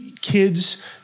kids